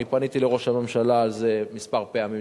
אני פניתי לראש הממשלה על זה כמה פעמים,